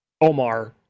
Omar